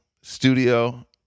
studio